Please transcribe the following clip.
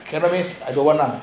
don't want lah